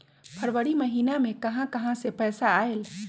फरवरी महिना मे कहा कहा से पैसा आएल?